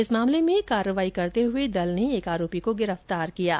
इस मामले में कार्यवाही करते हुए दल ने एक आरोपी को गिर पतार किया है